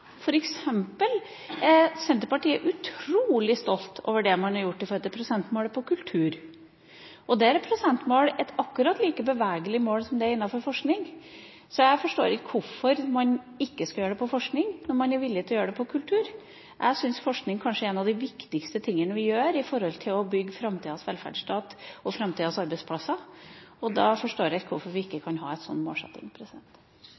f.eks. er Senterpartiet utrolig stolt over det man har gjort i forhold til prosentmålet på kultur. Der er prosentmål et akkurat like bevegelig mål som det er innenfor forskning, så jeg forstår ikke hvorfor man ikke skal kunne gjøre det på forskning, når man er villig til å gjøre det på kultur. Jeg syns forskning kanskje er noe av det viktigste vi gjør når det gjelder å bygge framtidas velferdsstat og framtidas arbeidsplasser. Og da forstår jeg ikke hvorfor vi ikke